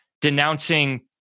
denouncing